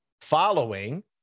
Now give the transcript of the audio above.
following